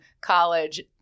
college